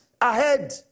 ahead